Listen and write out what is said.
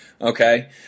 okay